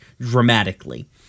dramatically